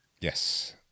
Yes